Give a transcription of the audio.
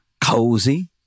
cozy